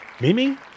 Mimi